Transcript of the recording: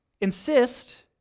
insist